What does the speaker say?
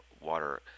water